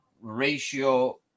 ratio